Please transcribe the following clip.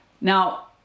Now